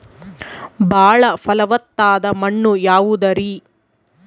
ಬಾಳ ಫಲವತ್ತಾದ ಮಣ್ಣು ಯಾವುದರಿ?